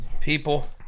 People